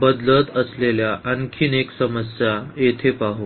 बदलत असलेली आणखी एक समस्या येथे पाहू